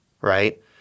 right